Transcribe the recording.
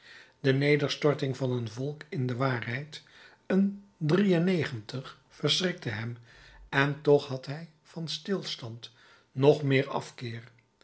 de nederstorting van een volk in de waarheid een verschrikte hem en toch had hij van stilstand nog meer afkeer